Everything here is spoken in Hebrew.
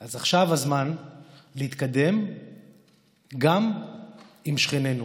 אז עכשיו הזמן להתקדם גם עם שכנינו.